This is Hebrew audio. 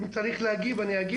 אם צריך להגיב, אני אגיב.